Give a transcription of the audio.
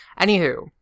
anywho